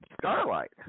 Starlight